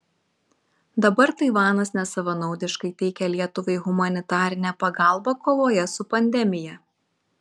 dabar taivanas nesavanaudiškai teikia lietuvai humanitarinę pagalbą kovoje su pandemija